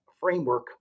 framework